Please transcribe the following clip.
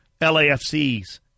LAFC's